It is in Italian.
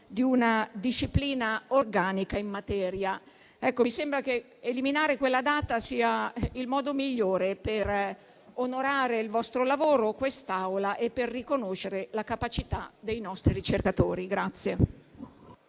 di una disciplina organica in materia da parte dell'Unione europea. Mi sembra che eliminare quella data sia il modo migliore per onorare il vostro lavoro, quest'Aula e per riconoscere la capacità dei nostri ricercatori.